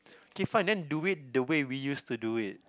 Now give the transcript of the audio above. okay fine then do it the way we used to do it